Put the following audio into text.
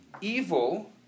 evil